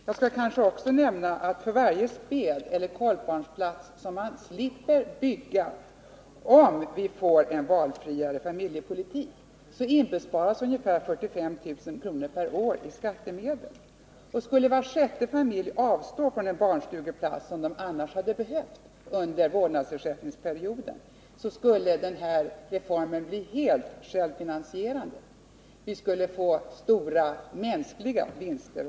Jag skall kanske också nämna att för varje spädeller koltbarnsplats som man slipper bygga, om vi får en familjepolitik som innebär större valfrihet, inbesparas ungefär 45 000 kr. per år i skattemedel. Skulle var sjätte familj avstå från en barnstugeplats, som annars skulle behövas under vårdnadsersättningsperioden, skulle den här reformen bli helt självfinansierande. Vi skulle dessutom få stora mänskliga vinster.